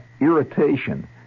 irritation